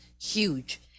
huge